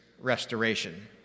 restoration